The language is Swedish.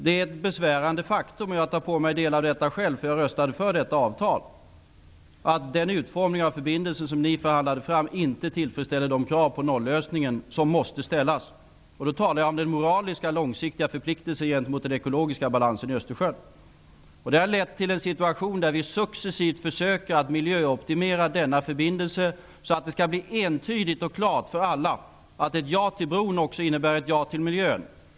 Det är ett besvärande faktum, och jag tar på mig en del av detta själv, därför att jag röstade för detta avtal. Det innebar att den utformning av förbindelsen som ni förhandlade fram inte tillfredsställer de krav på nollösningen som måste ställas. Jag talar då om den moraliska, långsiktiga förpliktelsen gentemot den ekologiska balansen i Det har lett till en situation där vi successivt försöker miljöoptimera denna förbindelse, så att det skall bli entydigt och klart för alla att ett ja till bron också innebär ett ja till miljön.